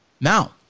Now